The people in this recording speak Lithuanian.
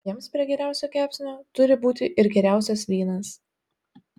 jiems prie geriausio kepsnio turi būti ir geriausias vynas